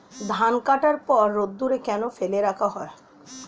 ধান কাটার পর রোদ্দুরে কেন ফেলে রাখা হয়?